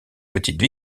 petite